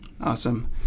Awesome